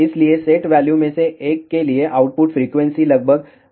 इसलिए set value में से एक के लिए आउटपुट फ्रिक्वेंसी लगभग 112 GHz़ है